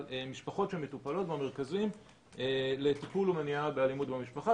משפחות שמטופלות במרכזים לטיפול ומניעה באלימות במשפחה,